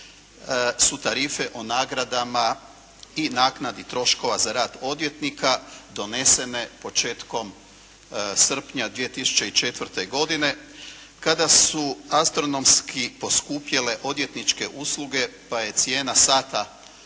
su tarife o nagradama i naknadi troškova za rad odvjetnika donesene početkom srpnja 2004. godine kada su astronomski poskupjele odvjetničke usluge pa je cijena sata